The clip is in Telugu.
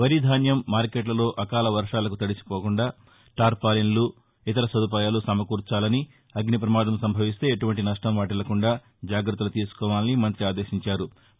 వరి ధాన్యం మార్కెట్లలో అకాల వర్వాలకు తడిసి నష్ణపోకుండా టార్పాలిన్లు ఇతర సదుపాయాలు సమకూర్చాలని అగ్ని ప్రమాదం సంభవిస్తే ఎటుపంటి నష్టం వాటిల్లకుండా జాగ్రత్తలు తీసుకోవాని మంతి ఆదేశించారు